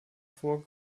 vor